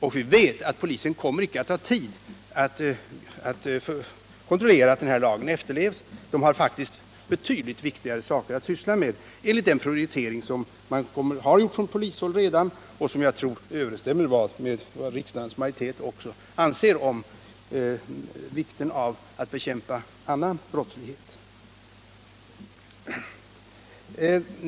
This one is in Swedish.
Och vi vet att polisen inte kommer att ha tid att kontrollera att lagen efterlevs utan faktiskt har betydligt viktigare saker att syssla med enligt den prioritering som redan gjorts från polishåll och som jag tror också överensstämmer med vad riksdagens majoritet anser om vikten av att bekämpa annan brottslighet.